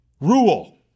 rule